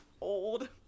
old